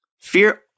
Fear